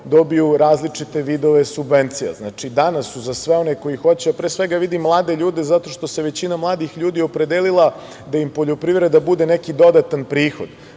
dobiju različite vidove subvencija. Znači, danas su za sve one koji hoće, a pre svega vidim mlade ljude zato što se većina mladih ljudi opredelila da im poljoprivreda bude neki dodatan prihod,